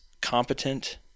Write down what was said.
competent